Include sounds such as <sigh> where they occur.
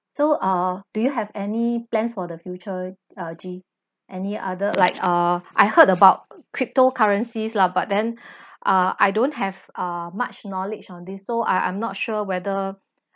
so uh do you have any plans for the future uh gi any other like uh I heard about crypto currencies lah but then <breath> uh I don't have uh much knowledge on this so I I'm not sure whether